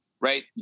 Right